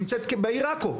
נמצאת בעיר עכו,